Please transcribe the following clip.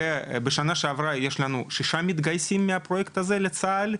בשנה שעברה היו לנו כשישה מתגייסים מהפרויקט לצה"ל,